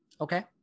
Okay